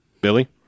Billy